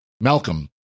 Malcolm